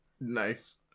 Nice